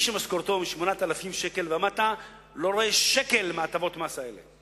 מי שמשכורתו מ-8,000 שקל ומטה לא רואה שקל מהטבות המס האלה,